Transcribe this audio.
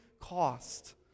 cost